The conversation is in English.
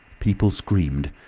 people screamed.